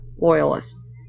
loyalists